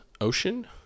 ocean